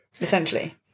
essentially